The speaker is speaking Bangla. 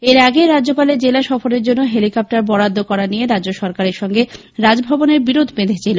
এর আগে রাজ্যপালের জেলা সফরেরর জন্য হেলিকপ্টার বরাদ্দ করা নিয়ে রাজ্য সরকারের সঙ্গে রাজভবনের বিরোধ বেঁধেছিল